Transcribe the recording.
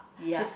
ya